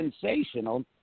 sensational